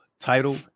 title